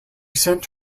sent